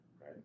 right